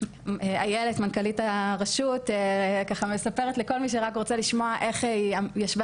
איילת מנכ"לית הרשות ככה מספרת לכל מי שרק רוצה לשמוע איך היא ישבה